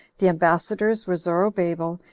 the ambassadors were zorobabel,